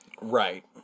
Right